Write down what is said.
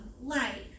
life